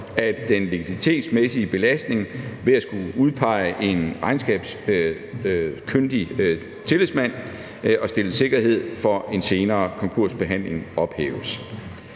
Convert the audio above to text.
at den likviditetsmæssige belastning ved at skulle udpege en regnskabskyndig tillidsmand og stille sikkerhed for en senere konkursbehandling ophæves.